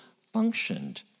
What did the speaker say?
functioned